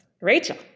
Rachel